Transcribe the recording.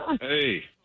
Hey